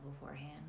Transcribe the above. beforehand